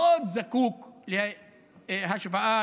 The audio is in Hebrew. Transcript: מאוד זקוק להשוואת